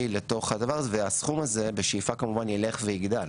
לדבר הזה והסכום הזה בשאיפה כמובן יילך ויגדל